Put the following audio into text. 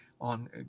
on